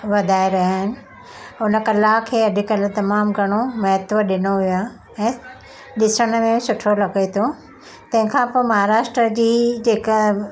वधाए रहिया आहिनि हुन कला खे अॼुकल्ह तमामु घणो महत्व ॾिनो वियो आहे ऐं ॾिसण में सुठो लॻे थो तंहिंखां पोइ महाराष्ट्र जी जेका